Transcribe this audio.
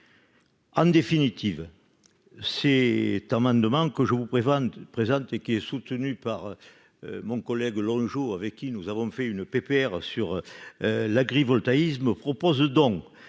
en définitive, c'est Thomas demande que je vous présente présente et qui est soutenu par mon collègue Longeau avec qui nous avons fait une PPR sur l'agrivoltaïsme proposent donc